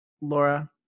Laura